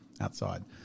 outside